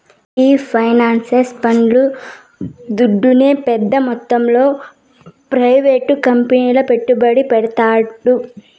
ఈ పెన్సన్ పండ్లు దుడ్డునే పెద్ద మొత్తంలో ప్రైవేట్ కంపెనీల్ల పెట్టుబడి పెడ్తాండారు